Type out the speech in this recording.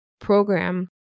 program